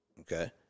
Okay